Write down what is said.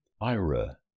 Ira